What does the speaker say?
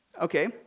okay